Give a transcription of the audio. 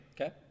okay